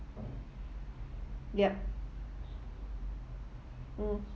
yup mm